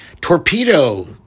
Torpedo